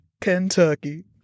Kentucky